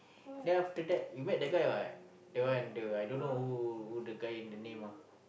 then after that you met that guy [what] that one the I don't know who who the guy the name ah